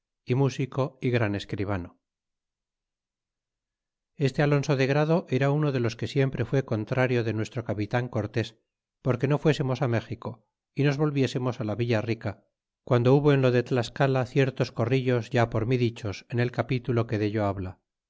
músico y gran escribano este alonso de grado era uno de los que siempre fué contrario de nuestro capitan cortés porque no fuésemos á méxico y nos volviésemos ála villa rica guando hubo en lo de tlascala ciertos corrillos ya por mi dichos en el capitulo que dello habla